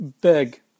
big